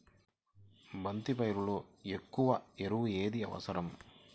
బంతి పైరులో ఎక్కువ ఎరువు ఏది అవసరం?